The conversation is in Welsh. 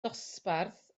dosbarth